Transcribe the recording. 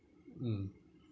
mm